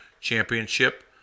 Championship